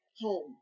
home